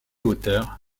hauteurs